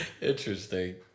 Interesting